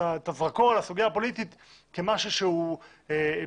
הזרקור על הסוגיה הפוליטית כמשהו שהוא בעייתי.